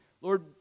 Lord